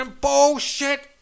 bullshit